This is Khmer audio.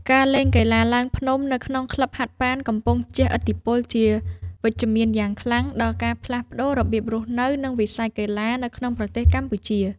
ការលេងកីឡាឡើងភ្នំនៅក្នុងក្លឹបហាត់ប្រាណ កំពុងជះឥទ្ធិពលជាវិជ្ជមានយ៉ាងខ្លាំងដល់ការផ្លាស់ប្តូររបៀបរស់នៅ និងវិស័យកីឡានៅក្នុងប្រទេសកម្ពុជា។